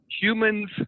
humans